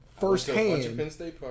firsthand